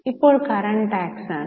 ഇപ്പോൾ current tax ആണ്